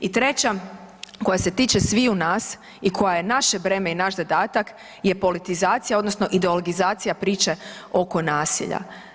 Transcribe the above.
I treća, koja se tiče sviju nas i koja je naše breme i naš zadatak je politizacija odnosno ideologizacija priče oko nasilja.